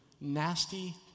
nasty